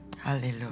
Hallelujah